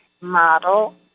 model